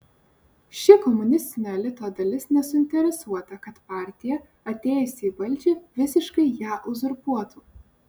ši komunistinio elito dalis nesuinteresuota kad partija atėjusi į valdžią visiškai ją uzurpuotų